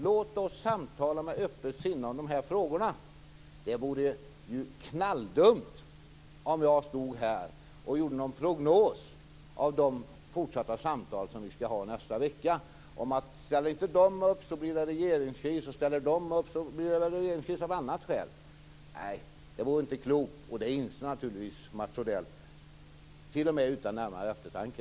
Låt oss samtala med öppet sinne i dessa frågor. Det vore knalldumt om jag här gjorde en prognos av de fortsatta samtal som vi skall föra nästa vecka och sade: Om de inte ställer upp blir det regeringskris. Om de ställer upp blir det regeringskris av annat skäl. Det vore inte klokt. Det inser naturligtvis Mats Odell t.o.m. utan närmare eftertanke.